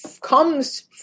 comes